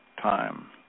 Time